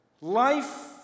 Life